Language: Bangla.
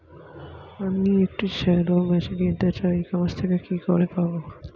আমি একটি শ্যালো মেশিন কিনতে চাই ই কমার্স থেকে কি করে পাবো?